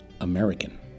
American